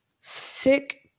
sick